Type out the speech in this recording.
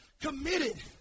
committed